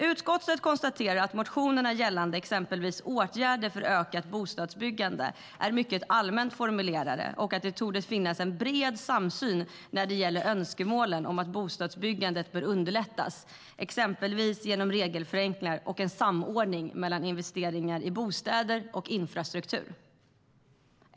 Utskottet konstaterar att motionerna gällande exempelvis åtgärder för ökat bostadsbyggande är mycket allmänt formulerade och att det torde finnas en bred samsyn när det gäller önskemålen om att bostadsbyggandet bör underlättas, genom exempelvis regelförenklingar och en samordning mellan investeringar i bostäder och infrastruktur.